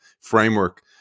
framework